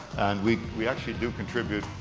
and we we actually do contribute,